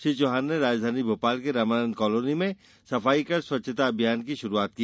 श्री चौहान ने राजधानी भोपाल के रामानंद कॉलोनी में सफाई कर स्वच्छता अभियान की शुरुआत की